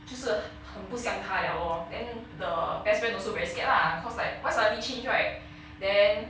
就是很不像他了 lor then the best friend also very scared lah cause like why suddenly change right then